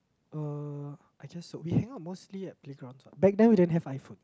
uh I guess so we hang out mostly at playgrounds ah back then we didn't have iPhone